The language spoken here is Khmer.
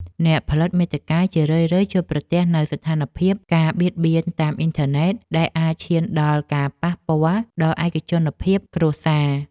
អ្នកផលិតមាតិកាជារឿយៗជួបប្រទះនូវស្ថានភាព ការបៀតបៀនតាមអ៊ីនធឺណិត ដែលអាចឈានដល់ការប៉ះពាល់ដល់ឯកជនភាពគ្រួសារ។